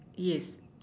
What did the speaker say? yes